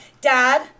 Dad